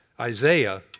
Isaiah